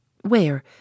where